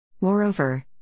Moreover